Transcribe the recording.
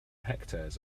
hectares